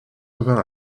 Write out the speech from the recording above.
revint